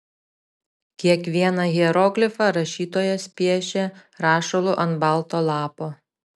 kiekvieną hieroglifą rašytojas piešia rašalu ant balto lapo